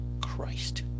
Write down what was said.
Christ